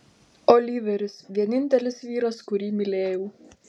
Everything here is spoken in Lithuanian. oliveris vienintelis vyras kurį mylėjau